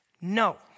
No